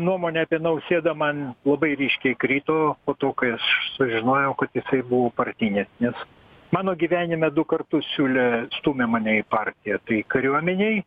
nuomonė apie nausėdą man labai ryškiai krito po to kai aš sužinojau kad jisai buvo partinis nes mano gyvenime du kartus siūlė stūmė mane į partiją tai kariuomenėj